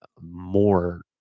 more